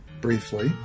briefly